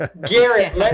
Garrett